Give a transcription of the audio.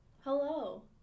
hello